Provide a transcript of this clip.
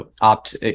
opt